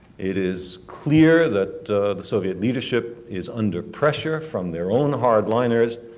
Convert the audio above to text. it is clear that the soviet leadership is under pressure from their own hardliners.